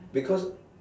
because